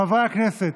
חברי הכנסת,